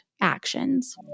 actions